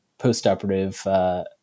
postoperative